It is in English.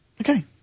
Okay